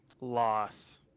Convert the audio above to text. Loss